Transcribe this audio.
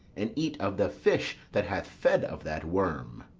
and eat of the fish that hath fed of that worm.